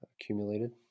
accumulated